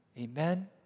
Amen